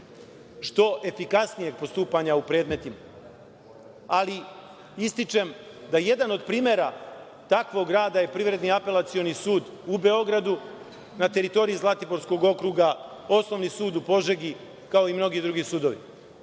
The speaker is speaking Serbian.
što efikasnijeg postupanja u predmetima. Ističem da jedan od primera takvog rada je Privredni apelacioni sud u Beogradu, na teritoriji Zlatiborskog okruga Osnovni sud u Požegi, kao i mnogi drugi sudovi. Nadam